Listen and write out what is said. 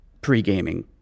pre-gaming